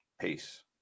peace